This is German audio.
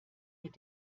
mit